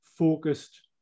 focused